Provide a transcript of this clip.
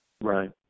Right